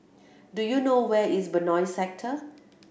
do you know where is Benoi Sector